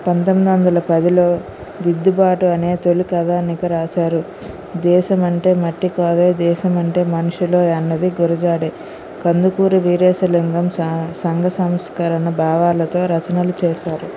పంతొమ్మిది వందల పదిలో దిద్దుబాటు అనే తొలి కథానిక రాశారు దేశమంటే మట్టికాదో దేశం అంటే మనుషులు అన్నది గురజాడే కందుకూరి వీరేశలింగం సా సంఘ సంస్కరణ భావాలతో రచనలు చేశారు